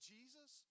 Jesus